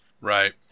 Right